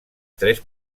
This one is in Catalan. tres